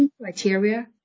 criteria